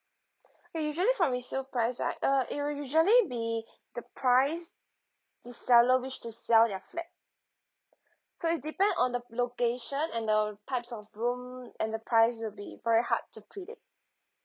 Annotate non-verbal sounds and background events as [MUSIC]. [BREATH] and usually from resale price right uh it will usually be the price the seller wish to sell their flat so it depend on the location and the types of room and the price will be very hard to predict